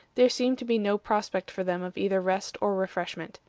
there seemed to be no prospect for them of either rest or refreshment.